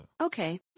okay